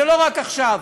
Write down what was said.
זה לא רק עכשיו.